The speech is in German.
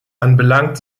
anbelangt